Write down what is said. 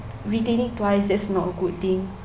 retaining twice that's not a good thing